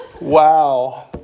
Wow